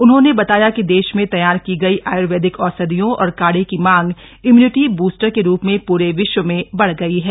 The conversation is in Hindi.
उन्होंने बताया कि देश में तैयार की गई आय्र्वेदिक औषधियों और काढ़े की मांग इम्यूनिटी बूस्टर के रूप में पूरे विश्व में बढ़ गई है